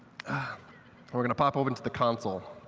ah we're going to pop over to the console.